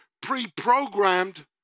pre-programmed